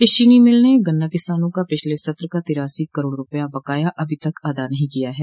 इस चीनी मिल ने गन्ना किसानों का पिछले सत्र का तिरासी करोड़ रूपये का बकाया अभी तक अदा नहीं किया है